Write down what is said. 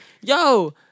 yo